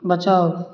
बचाउ